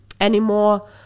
anymore